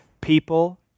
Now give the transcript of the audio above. People